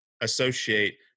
associate